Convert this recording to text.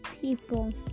people